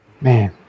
Man